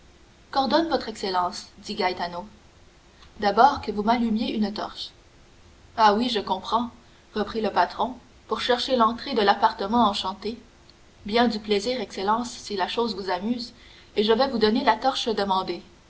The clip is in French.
côte qu'ordonne votre excellence dit gaetano d'abord que vous m'allumiez une torche ah oui je comprends reprit le patron pour chercher l'entrée de l'appartement enchanté bien du plaisir excellence si la chose vous amuse et je vais vous donner la torche demandée